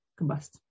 combust